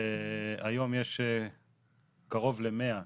היום יש קרוב ל-100,